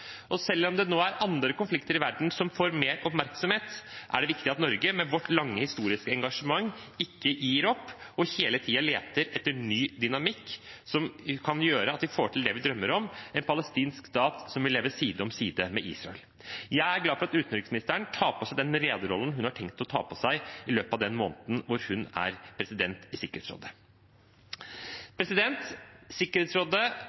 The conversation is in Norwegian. Selv om det nå er andre konflikter i verden som får mer oppmerksomhet, er det viktig at Norge, med sitt lange, historiske engasjement, ikke gir opp og hele tiden leter etter ny dynamikk som kan gjøre at vi får til det vi drømmer om – en palestinsk stat som vil leve side om side med Israel. Jeg er glad for at utenriksministeren tar på seg den lederrollen hun har tenkt å ta på seg i løpet av den måneden hun er president i Sikkerhetsrådet. Sikkerhetsrådet